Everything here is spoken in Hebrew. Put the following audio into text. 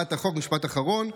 הצעת החוק, משפט אחרון,